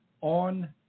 On